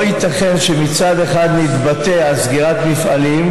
לא ייתכן שמצד אחד נתבטא על סגירת מפעלים,